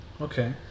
Okay